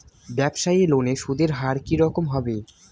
ব্যবসায়ী লোনে সুদের হার কি রকম হবে?